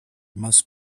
must